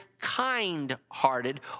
kind-hearted